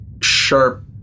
sharp